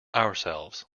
ourselves